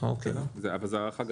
אבל זו הערכה גסה.